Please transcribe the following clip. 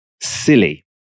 silly